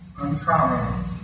uncommon